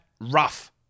rough